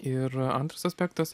ir antras aspektas